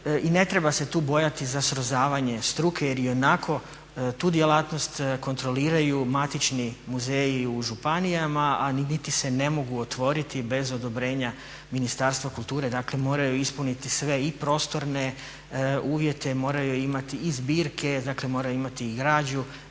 i ne treba se tu bojati za srozavanje struke, jer ionako tu djelatnost kontroliraju matični muzeji u županijama, a niti se ne mogu otvoriti bez odobrenja Ministarstva kulture. Dakle, moraju ispuniti sve i prostorne uvjete, moraju imati i zbirke, dakle moraju imati i građu.